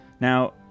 Now